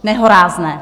Nehorázné!